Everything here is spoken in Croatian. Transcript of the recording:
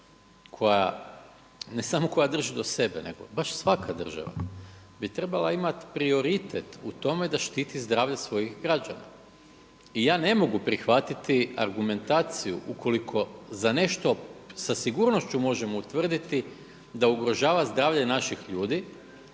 koja ne samo koja drži do sebe, nego baš svaka država bi trebala imati prioritet u tome da štiti svojih građana. I ja ne mogu prihvatiti argumentaciju ukoliko za nešto sa sigurnošću mogu utvrditi da ugrožava zdravlje naših ljudi,